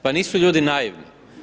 Pa nisu ljudi naivni.